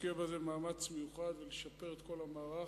להשקיע בזה מאמץ מיוחד ולשפר את כל המערך,